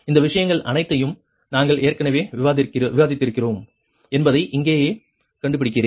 இந்த விஷயங்கள் அனைத்தையும் நாங்கள் ஏற்கனவே விவாதித்திருக்கிறோம் என்பதை இங்கேயே கண்டுபிடிக்கிறேன்